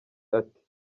ati